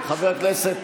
גם לחבר הכנסת